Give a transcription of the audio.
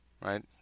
right